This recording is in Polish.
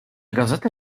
gazetę